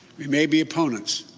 we may be opponents,